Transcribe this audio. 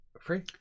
Free